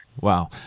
Wow